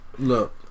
Look